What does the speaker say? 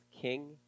king